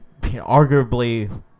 arguably